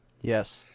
Yes